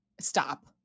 stop